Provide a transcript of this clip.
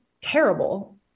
terrible